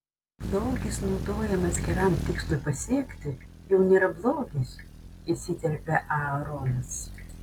blogis naudojamas geram tikslui pasiekti jau nėra blogis įsiterpė aaronas